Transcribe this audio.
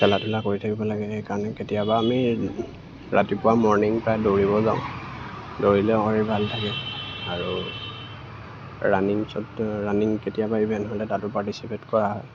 খেলা ধূলা কৰি থাকিব লাগে সেইকাৰণে কেতিয়াবা আমি ৰাতিপুৱা মৰ্ণিং প্ৰায় দৌৰিব যাওঁ দৌৰিলে শৰীৰ ভাল থাকে আৰু ৰানিং ৰানিং কেতিয়াবা ইভেণ্ট হ'লে তাতো পাৰ্টিচিপেট কৰা হয়